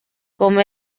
com